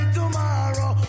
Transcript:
tomorrow